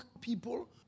people